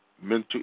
mental